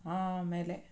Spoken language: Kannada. ಆಮೇಲೆ